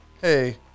Hey